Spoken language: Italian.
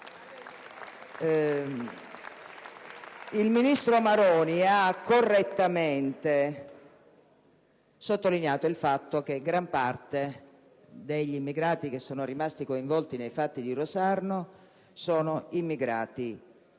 Il ministro Maroni ha correttamente sottolineato che gran parte degli immigrati che sono rimasti coinvolti nei fatti di Rosarno sono immigrati